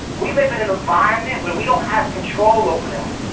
we live in an environment where we don't have control over that.